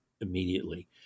immediately